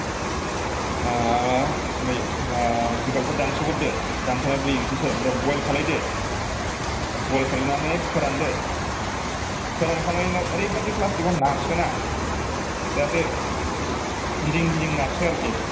औ मै जिगाबखौ दानस'गोरदो दानस'नानै दुइ इन्सिसो आमफाय बयेल खालामदो बयेल खालायनानै फोरानदो फोरानखांनायनि उनाव ओरैबादि प्लासटिकआव नारसोना जाहाथे गिदिं गिदिं नारसो आरखि